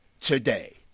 today